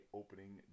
opening